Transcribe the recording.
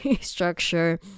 structure